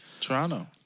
Toronto